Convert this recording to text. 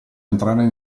entrare